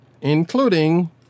including